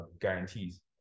guarantees